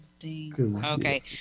Okay